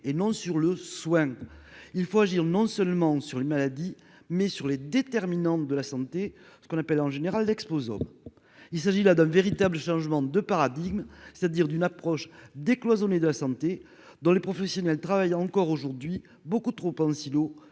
et non sur le soin, il faut agir, non seulement sur les maladies, mais sur les déterminants de la santé, ce qu'on appelle en général d'exposants, il s'agit là d'un véritable changement de paradigme, c'est-à-dire d'une approche décloisonnée de santé dans les professionnels encore aujourd'hui beaucoup trop en et